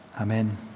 Amen